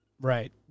Right